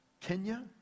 Kenya